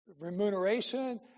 remuneration